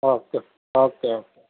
okay okay okay